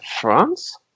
France